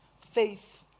faith